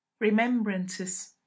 remembrances